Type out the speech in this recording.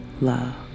love